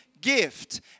gift